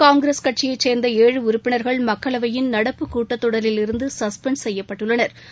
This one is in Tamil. காங்கிரஸ் கட்சியைச் சேர்ந்த ஏழு உறுப்பினர்கள் மக்களவையின் நடப்பு கூட்டத்தொடரிலிருந்து சஸ்பெண்ட் செய்யப்பட்டுள்ளனா்